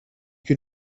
can